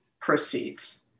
proceeds